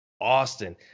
Austin